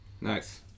Nice